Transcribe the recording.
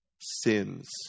sins